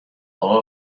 love